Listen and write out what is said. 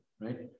right